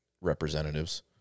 representatives